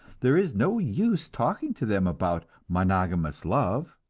there is no use talking to them about monogamous love,